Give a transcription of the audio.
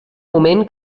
moment